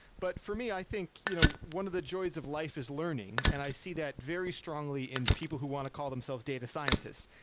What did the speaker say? but for me, i think, you know one of the joys of life is learning, and i see that very strongly in people who want to call themselves data scientists.